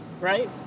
Right